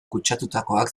kutsatutakoak